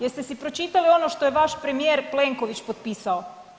Jeste si pročitali ono što je vaš premijer Plenković potpisao?